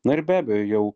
na ir be abejo jau